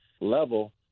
level